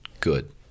good